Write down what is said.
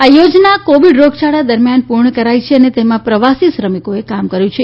આ યોજના કોવિડ રોગયાળા દરમિયાન પૂર્ણ કરાઈ છે અને તેમાં પ્રવાસી શ્રમિકોએ કામ કર્યું છે